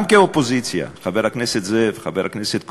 גם כאופוזיציה, חבר הכנסת זאב, חבר הכנסת כהן,